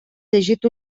llegit